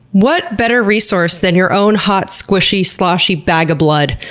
what better resource than your own hot, squishy, sloshy bag of blood?